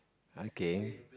okay